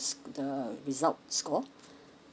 the result score